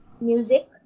music